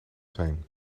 zijn